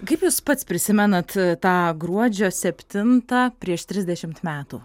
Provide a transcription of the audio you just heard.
kaip jūs pats prisimenat tą gruodžio septintą prieš trisdešimt metų